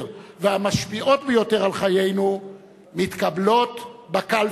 והמשפיעות ביותר על חיינו מתקבלות בקלפי.